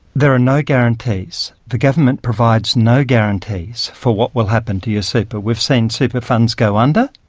there are no guarantees. the government provides no guarantees for what will happen to your super. we've seen super funds go under,